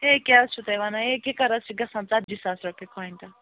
ہے کیٛاہ حظ چھُ تُہۍ وَنان ہے کِکر حظ چھِ گَژھان ژتجی ساس رۄپیہِ کۅنٛٹل